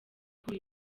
kuri